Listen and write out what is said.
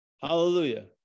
Hallelujah